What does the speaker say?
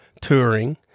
touring